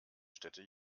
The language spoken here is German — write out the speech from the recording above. städte